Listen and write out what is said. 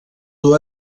duu